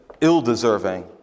ill-deserving